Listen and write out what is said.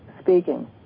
speaking